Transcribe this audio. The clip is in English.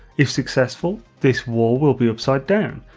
if successful, this wall will be upside down,